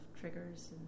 triggers